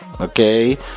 okay